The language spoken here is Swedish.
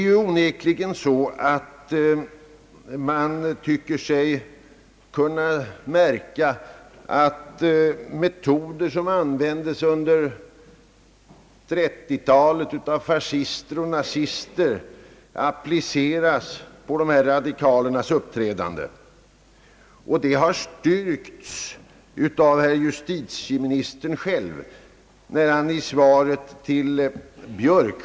Man tycker sig onekligen kunna märka att metoder som under 1930-talet användes av fascister och nazister nu appliceras på de aktuella radikalernas uppträdande. Denna uppfattning har även styrkts av justitieministern själv i diskussionen med herr Björk.